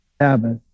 Sabbath